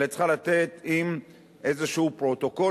אלא היא צריכה לצאת עם איזשהו פרוטוקול